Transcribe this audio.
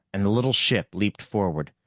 and the little ship leaped forward.